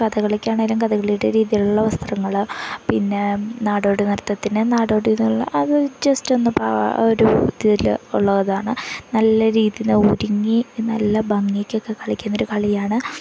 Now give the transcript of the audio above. കഥകളിക്കാണെങ്കിലും കഥകളിയുടെ രീതിയിലുള്ള വസ്ത്രങ്ങള് പിന്നെ നാടോടിനൃത്തത്തിന് നാടോടികളുടെ ആ ജസ്റ്റൊന്ന് ഒരു ഇതിലുള്ളതാണ് നല്ല രീതിയില് ഒരുങ്ങി നല്ല ഭംഗിയിലൊക്കെ കളിക്കുന്നൊരു കളിയാണ്